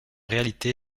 réalité